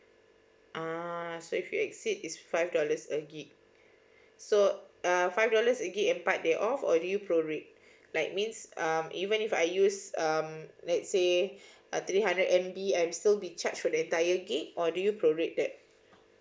err so if you exceed is five dollars a git so uh five dollars a git apart there off or do you prorate like means um even if I use um let's say a three hundred M_B I'm still be charged for the entire git or do you prorate that